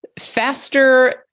faster